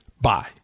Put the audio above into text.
bye